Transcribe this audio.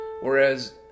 whereas